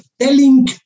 telling